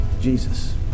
Jesus